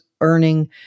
earning